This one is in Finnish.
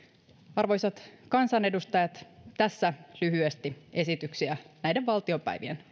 arvoisat kansanedustajat tässä lyhyesti esityksiä näiden valtiopäivien